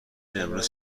امروز